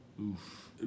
Oof